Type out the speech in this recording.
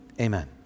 amen